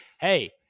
Hey